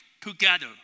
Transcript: together